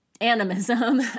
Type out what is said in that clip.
animism